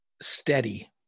steady